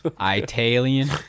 Italian